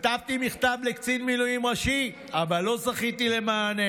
כתבתי מכתב לקצין מילואים ראשי אבל לא זכיתי למענה?